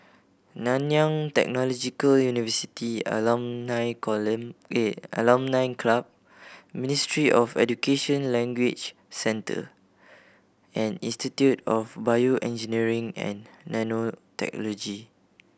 Nanyang Technological University Alumni at Alumni Club Ministry of Education Language Centre and Institute of BioEngineering and Nanotechnology